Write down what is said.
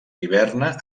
hiverna